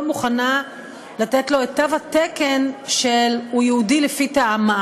מוכנה לתת לו את תו התקן של: הוא יהודי לפי טעמה,